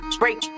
break